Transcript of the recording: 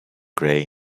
grey